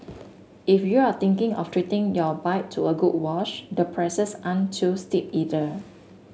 if you're thinking of treating your bike to a good wash the prices aren't too steep either